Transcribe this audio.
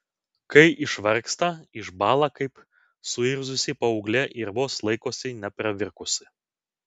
kai išvargsta išbąla kaip suirzusi paauglė ir vos laikosi nepravirkusi